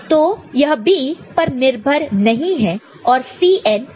तो यह B पर निर्भर नहीं है और Cn इमटिरीअल है